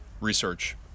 research